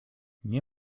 nie